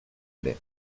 ere